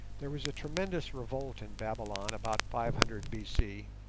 there was a tremendous revolt in babylon about five hundred bc,